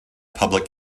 public